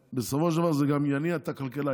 ובסופו של דבר זה גם יניע את הכלכלה,